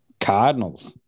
cardinals